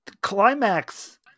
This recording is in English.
climax